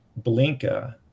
Blinka